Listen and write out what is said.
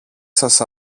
σας